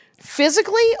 Physically